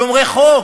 שומרי חוק,